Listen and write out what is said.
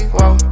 Whoa